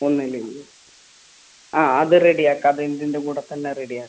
വന്നില്ലെങ്കിൽ ആ അത് റെഡി ആക്കാം റെൻറിൻ്റെ കൂടെ തന്നെ റെഡി ആക്കാം